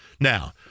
Now